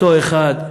אותו אחד,